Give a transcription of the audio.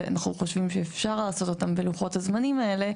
אנחנו חשובים שאפשר לעשות אותן בלוחות הזמנים האלה,